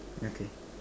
okay